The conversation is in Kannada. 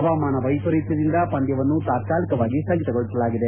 ಹವಾಮಾನ ವೈಪರೀತ್ಯದಿಂದ ಪಂದ್ಯವನ್ನು ತಾತ್ನಾಲಿಕವಾಗಿ ಸ್ವಗಿತಗೊಳಿಸಲಾಗಿದೆ